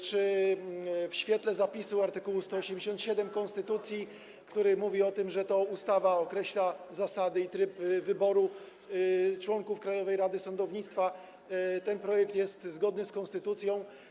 Czy w świetle zapisu art. 187 konstytucji, który mówi o tym, że to ustawa określa zasady i tryb wyboru członków Krajowej Rady Sądownictwa, ten projekt jest zgodny z konstytucją?